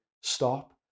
stop